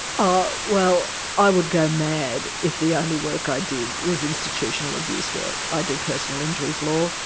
ah well, i would go mad if the only work i did was institutional abuse work. i do personal injuries law,